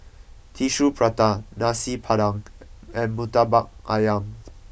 Tissue Prata Nasi Padang and Murtabak Ayam